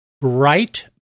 bright